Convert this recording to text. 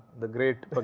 the great